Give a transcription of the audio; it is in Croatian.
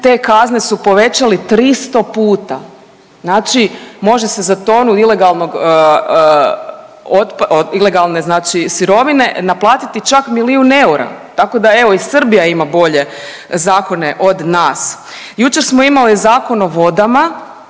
te kazne su povećali 300 puta, znači može se za tonu ilegalnog, ilegalne znači sirovine naplatiti čak milijun eura. Tako da, evo, i Srbija ima bolje zakone od nas. Jučer smo imali Zakon o vodama